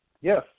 Yes